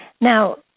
Now